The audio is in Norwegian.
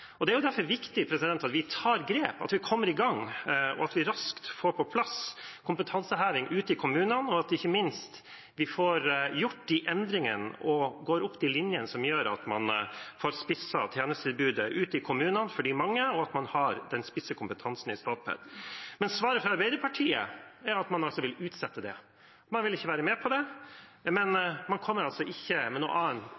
Det er derfor viktig at vi tar grep, at vi kommer i gang, at vi raskt får på plass kompetanseheving ute i kommunene, ikke minst at vi får gjort de endringene og går opp de linjene som gjør at man får spisset tjenestetilbudet ute i kommunene for de mange, og at man har den spisse kompetansen i Statped. Svaret fra Arbeiderpartiet er at man vil utsette det, man vil ikke være med på det. Men